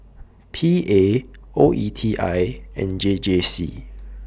P A O E T I and J J C